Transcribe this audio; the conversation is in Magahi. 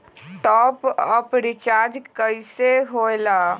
टाँप अप रिचार्ज कइसे होएला?